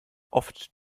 oft